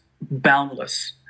boundless